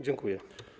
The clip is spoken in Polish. Dziękuję.